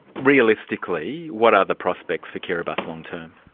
realistically, what are the prospects for kiribati long-term?